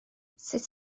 sut